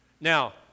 Now